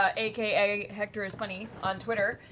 ah aka hectorisfunny on twitter,